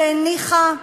שהניחה,